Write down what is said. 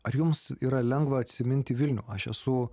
ar jums yra lengva atsiminti vilnių aš esu